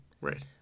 Right